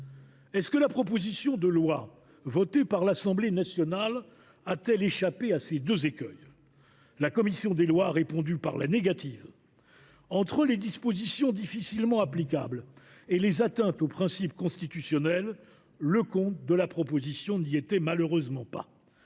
réalité. La proposition de loi votée par l’Assemblée nationale a t elle échappé à ces deux écueils ? La commission des lois a répondu par la négative. Entre les dispositions difficilement applicables et les atteintes aux principes constitutionnels, le compte de la proposition n’y était malheureusement pas.